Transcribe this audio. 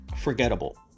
Forgettable